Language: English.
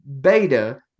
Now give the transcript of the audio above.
beta